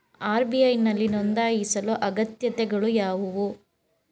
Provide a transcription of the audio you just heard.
RBI ನಲ್ಲಿ ನೊಂದಾಯಿಸಲು ಅಗತ್ಯತೆಗಳು ಯಾವುವು?